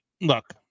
look